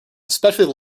especially